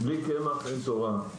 בלי קמח אין תורה.